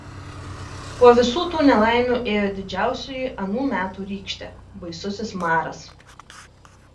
po visų tų nelaimių ėjo didžiausioji anų metų rykštė baisusis maras